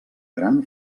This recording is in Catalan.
gran